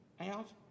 out